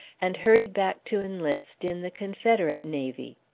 and hurried back to enlist in the confederate navy.